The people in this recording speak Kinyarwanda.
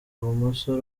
bumoso